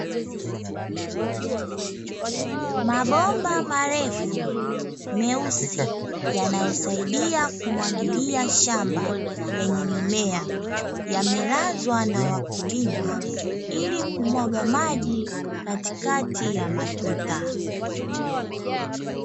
Mabomba marefu meusi yanayosaidia kumwagilia shamba lenye mimea, yamelazwa na wakulima ili kumwaga maji katikati ya matuta.